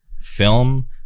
film